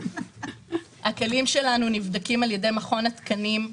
הכלים שלנו נבדקים בידי מכון התקנים.